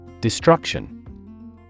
Destruction